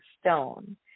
stone